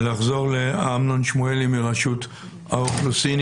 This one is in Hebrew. ולחזור לאמנון שמואלי מרשות האוכלוסין.